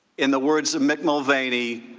in the words of nick mulvaney,